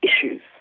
issues